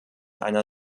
einer